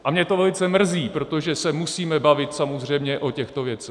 A mě to velice mrzí, protože se musíme bavit samozřejmě o těchto věcech.